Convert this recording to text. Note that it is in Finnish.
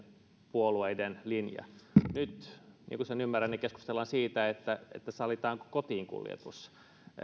puolueiden linja nyt niin kuin sen ymmärrän keskustellaan siitä sallitaanko kotiinkuljetus